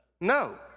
No